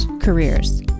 careers